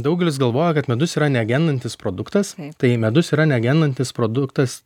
daugelis galvoja kad medus yra negendantis produktas tai medus yra negendantis produktas